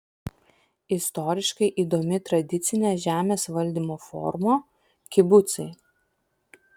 istoriškai įdomi tradicinė žemės valdymo forma kibucai